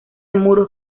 muros